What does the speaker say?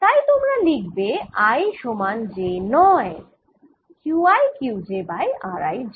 তাই তোমরা লিখবে i সমান j নয় QiQj বাই rij